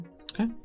Okay